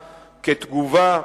כתגובה,